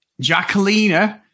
Jacqueline